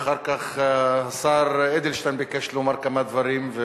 אחר כך השר אדלשטיין ביקש לומר כמה דברים.